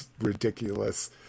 ridiculous